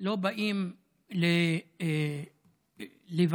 לא באים ללוויה,